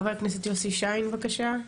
חבר הכנסת יוסי שיין בבקשה.